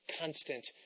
constant